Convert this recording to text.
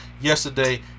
yesterday